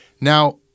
Now